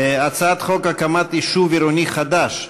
הצעת חוק הקמת יישוב עירוני חדש,